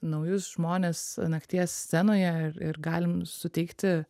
naujus žmones nakties scenoje ir ir galim suteikti